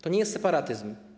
To nie jest separatyzm.